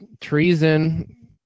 Treason